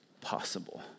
possible